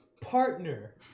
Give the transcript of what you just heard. partner